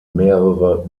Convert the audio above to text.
mehrere